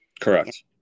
Correct